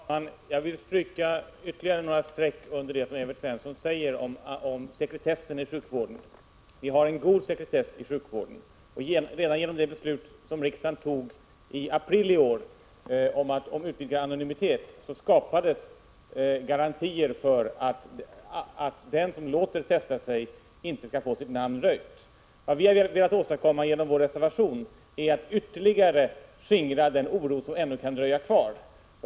Fru talman! Jag vill stryka ytterligare några streck under det som Evert Svensson sade om sekretessen i sjukvården. Vi har en god sekretess i sjukvården. Redan genom det beslut om utvidgad anonymitet som riksdagen fattade i april i år skapades garantier för att den som låter testa sig inte skall få sitt namn röjt. Vad vi har velat åstadkomma genom vår reservation är att ytterligare skingra den oro som ännu kan dröja kvar.